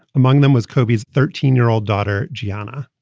among them was kobe's thirteen year old daughter, gianna.